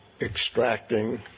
extracting